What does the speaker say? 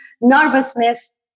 nervousness